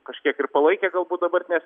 kažkiek ir palaikė galbūt dabar net